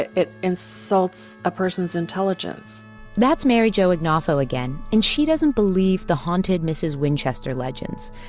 it it insults a person's intelligence that's mary jo ignoffo again, and she doesn't believe the haunted mrs. winchester legends.